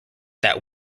that